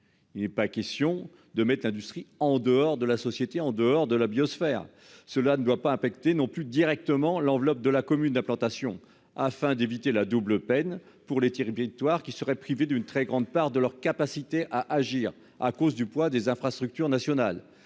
Il n'est pas question de mettre l'industrie en dehors de la société en dehors de la biosphère. Cela ne doit pas non plus directement l'enveloppe de la commune d'implantation, afin d'éviter la double peine pour les Thierry victoire qui seraient privés d'une très grande part de leur capacité à agir à cause du poids des infrastructures nationales.